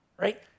right